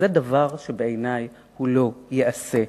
ששבעיני היא דבר שלא ייעשה.